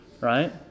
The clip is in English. right